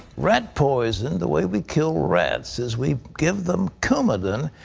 rat poison, the way we kill rats, is we give them coumadin,